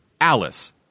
Alice